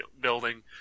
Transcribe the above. building